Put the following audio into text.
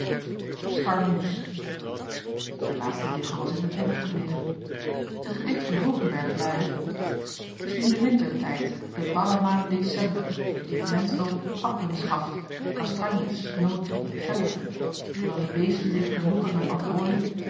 scharmoes de laatste regel was in de pen gebleven het gedicht van hoogenberg luidde t is nu de wintertijd de barre maand december die t menschdom applen schaft kastanjes noten gember terwijl de beesten zich vernoegen met wat hooi